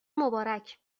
مبارک